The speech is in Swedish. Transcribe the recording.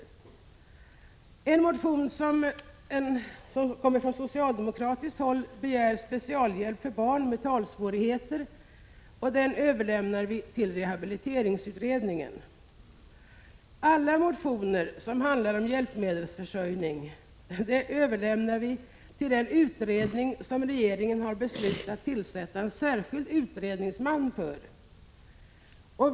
I en motion som kommer från socialdemokratiskt håll begärs specialhjälp för barn med talsvårigheter, och den överlämnar vi till rehabiliteringsutredningen. Alla motioner som handlar om hjälpmedelsförsörjning överlämnar vi till , Prot. 1986/87:24 den utredning som regeringen har beslutat tillsätta en särskild utredningsman 12 november 1986 för.